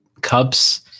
cubs